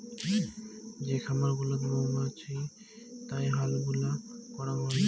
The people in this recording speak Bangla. যে খামার গুলাতে মাছুমৌতাই হালুবালু করাং হই